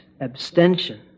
abstention